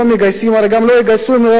הרי גם לא יגייסו אם יהיה חוק מחייב.